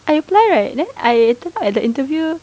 I apply right then I turn up at the interview